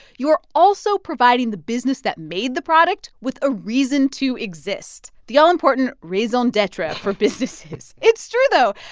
you're also providing the business that made the product with a reason to exist the all-important raison d'etre for businesses it's true though,